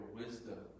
wisdom